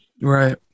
Right